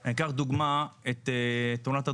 אני אקח לדוגמא את תאונת הדרכים,